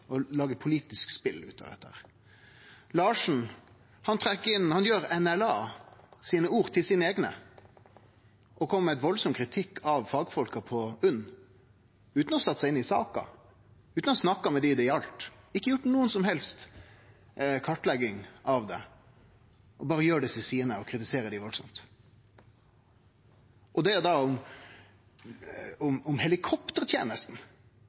og lagar politisk spel av dette. Larsen gjorde NLA sine ord til sine eigne og kom med veldig kritikk av fagfolka på UNN, utan å ha sett seg inn i saka, utan å ha snakka med dei det gjeld, han har ikkje gjort noka som helst kartlegging av det, berre gjer dei orda til sine og kritiserer dei veldig, og det for helikoptertenesta, som ikkje er det denne saka handlar om – altså som om